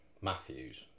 Matthews